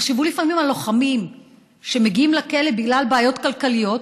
חשבו לפעמים על לוחמים שמגיעים לכלא בגלל בעיות כלכליות